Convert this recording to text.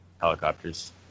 helicopters